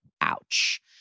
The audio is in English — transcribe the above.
Ouch